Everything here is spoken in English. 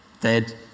dead